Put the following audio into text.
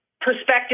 perspective